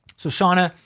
so shawna,